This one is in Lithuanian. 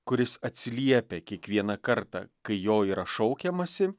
kuris atsiliepia kiekvieną kartą kai jo yra šaukiamasi